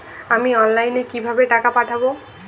আমি অনলাইনে কিভাবে টাকা পাঠাব?